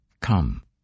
Come